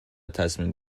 تصمیم